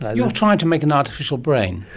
ah you're trying to make an artificial brain?